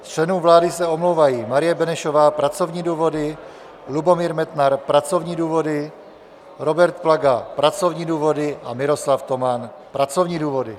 Z členů vlády se omlouvají: Marie Benešová pracovní důvody, Lubomír Metnar pracovní důvody, Robert Plaga pracovní důvody a Miroslav Toman pracovní důvody.